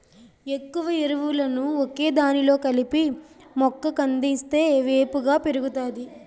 ఎక్కువ ఎరువులను ఒకదానిలో కలిపి మొక్క కందిస్తే వేపుగా పెరుగుతాది